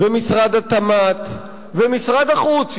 משרד התמ"ת ומשרד החוץ,